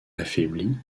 affaiblie